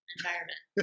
environment